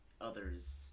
others